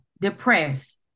depressed